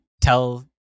tell